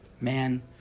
man